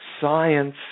science